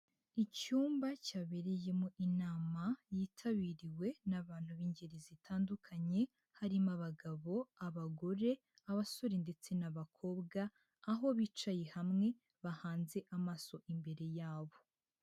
Icyumba cyabereyemo inama, yitabiriwe n'abantu b'ingeri zitandukanye, harimo abagabo, abagore, abasore ndetse n'abakobwa, aho bicaye hamwe, bahanze amaso imbere yabo.